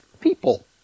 people